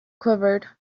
quivered